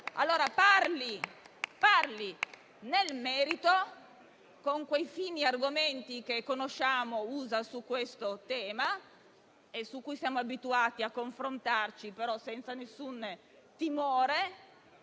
parli nel merito, con quei fini argomenti che conosciamo e che usa su questo tema, ma su cui siamo abituati a confrontarci senza alcun timore,